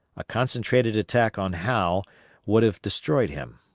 a concentrated attack on howe would have destroyed him.